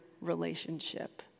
relationship